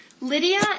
Lydia